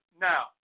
now